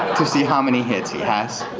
to see how many hits he has.